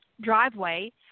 driveway